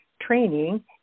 training